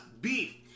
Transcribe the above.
beef